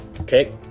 Okay